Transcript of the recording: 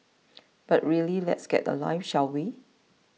but really let's get a life shall we